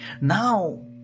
Now